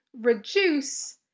reduce